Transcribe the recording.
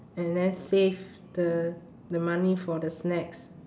and then save the the money for the snacks